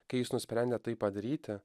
kai jis nusprendė tai padaryti